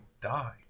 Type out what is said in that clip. die